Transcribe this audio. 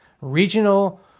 Regional